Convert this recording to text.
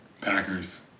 Packers